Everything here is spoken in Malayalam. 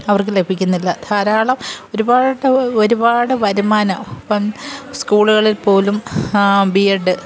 അവർക്ക് ലഭിക്കുന്നില്ല ധാരാളം ഒരുപാട് പേർ വരും ഒരുപാട് വരുമാനം ഇപ്പം സ്കൂളുകളിൽ പോലും ബി എഡ്